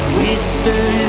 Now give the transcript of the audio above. Whisper